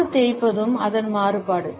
காது தேய்ப்பதும் அதன் மாறுபாடு